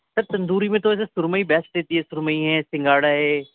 سر تندوری میں تو ویسے سرمئی بیسٹ رہتی ہے سرمئی ہے سنگاڑا ہے